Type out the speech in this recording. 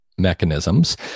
mechanisms